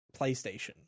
playstation